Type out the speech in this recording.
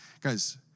guys